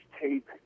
tape